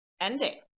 ending